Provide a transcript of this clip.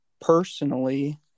personally